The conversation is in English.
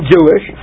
Jewish